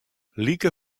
like